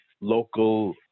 local